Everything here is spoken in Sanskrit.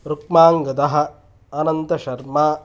रुक्माङ्गदः अनन्तशर्मा